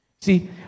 See